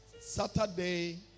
Saturday